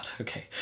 Okay